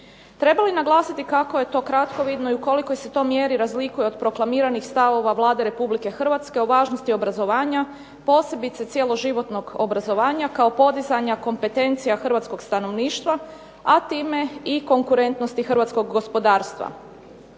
Treba li naglasiti kako je to kratkovidno i u kolikoj se to mjeri razlikuje od proklamiranih stavova Vlade Republike Hrvatske o važnosti obrazovanja, posebice cjeloživotnog obrazovanja kao podizanja kompetencija hrvatskog stanovništva, a time i konkurentnosti hrvatskog gospodarstva.